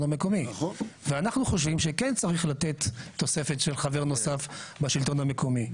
המקומי ואנחנו חושבים שכן צריך לתת תוספת של חבר נוסף בשלטון המקומי.